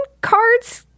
cards